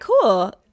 cool